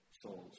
souls